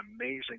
amazing